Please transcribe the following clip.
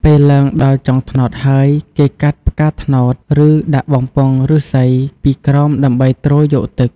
ពេលឡើងដល់ចុងត្នោតហើយ គេកាត់ផ្កាត្នោត ឬ ដាក់បំពង់ឫស្សីពីក្រោមដើម្បីទ្រយកទឹក។